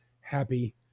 happy